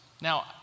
Now